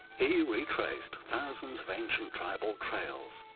he retraced thousands of ancient tribal trails.